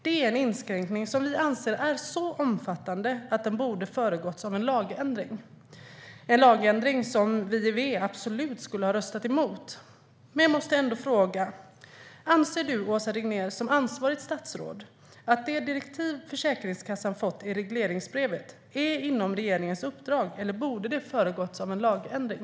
Det är en inskränkning som vi anser är så omfattande att den borde ha föregåtts av en lagändring - en lagändring som vi i V absolut skulle ha röstat emot. Jag måste ändå fråga: Anser du, Åsa Regnér, som ansvarigt statsråd, att det direktiv som Försäkringskassan fått i regleringsbrevet är inom regeringens uppdrag, eller borde det ha föregåtts av en lagändring?